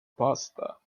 pasta